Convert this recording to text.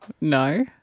No